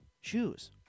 Shoes